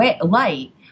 light